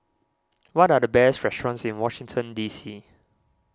what are the best restaurants in Washington D C